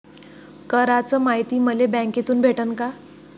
कराच मायती मले बँकेतून भेटन का?